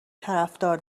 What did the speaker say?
طرفدار